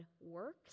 works